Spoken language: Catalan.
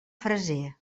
freser